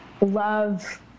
love